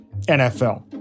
NFL